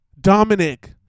Dominic